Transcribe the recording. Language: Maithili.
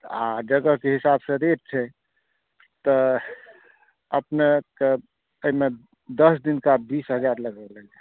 आ जगहके हिसाबसँ रेट छै तऽ अपनेकेँ एहिमे दस दिनका बीस हजार लगतै